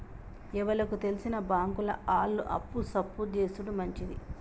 ఎవలకు తెల్సిన బాంకుల ఆళ్లు అప్పు సప్పు జేసుడు మంచిది